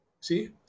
See